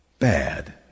bad